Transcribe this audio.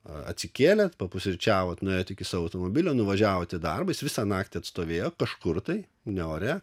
atsikėlėt papusryčiavot nuėjot iki savo automobilio nuvažiavot į darbą jis visą naktį atstovėjo kažkur tai ne ore